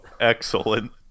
excellent